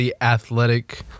athletic